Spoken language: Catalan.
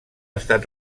estat